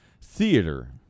theater